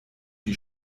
die